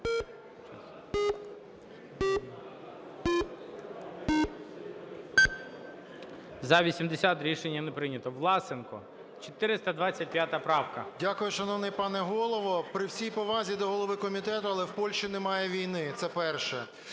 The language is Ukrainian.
За-80 Рішення не прийнято. Власенко, 425 правка. 17:14:39 ВЛАСЕНКО С.В. Дякую, шановний пане Голово. При всій повазі до голови комітету, але в Польщі немає війни. Це перше.